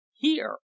Here